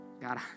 God